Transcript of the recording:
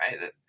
right